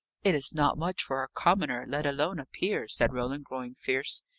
it's not much for a commoner, let alone a peer, said roland, growing fierce.